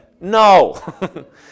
No